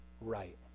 right